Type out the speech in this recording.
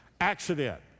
Accident